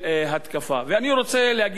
ואני רוצה להגיד לסיום,